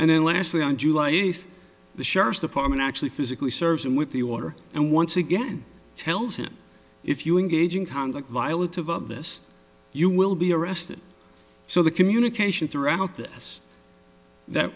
and then lastly on july eighth the sheriff's department actually physically serves him with the water and once again tells him if you engage in conduct violent of of this you will be arrested so the communication throughout this that